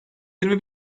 yirmi